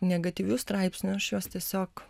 negatyvių straipsnių aš juos tiesiog